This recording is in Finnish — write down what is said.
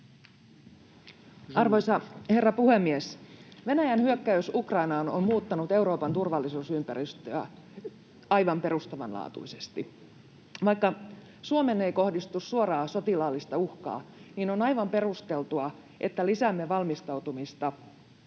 Arvoisa herra puhemies! Venäjän hyökkäys Ukrainaan on muuttanut Euroopan turvallisuusympäristöä aivan perustavanlaatuisesti. Vaikka Suomeen ei kohdistu suoraa sotilaallista uhkaa, on aivan perusteltua, että lisäämme valmistautumista